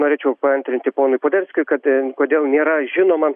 norėčiau paantrinti ponui poderskiui kad kodėl nėra žinoma